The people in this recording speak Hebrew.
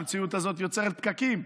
המציאות הזאת יוצרת פקקים.